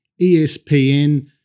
ESPN